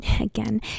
again